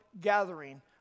gathering